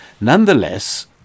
nonetheless